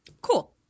Cool